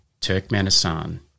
Turkmenistan